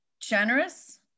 generous